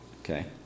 Okay